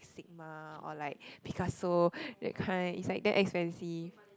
Sigma or like Picasso that kind is like damn expensive